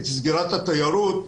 את סגירת התיירות,